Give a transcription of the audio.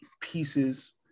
pieces